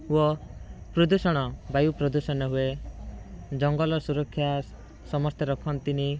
ଓ ପ୍ରଦୂଷଣ ବାୟୁ ପ୍ରଦୂଷଣ ହୁଏ ଜଙ୍ଗଲ ସୁରକ୍ଷା ସମସ୍ତେ ରଖନ୍ତିନି